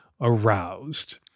aroused